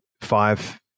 five